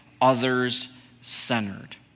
others-centered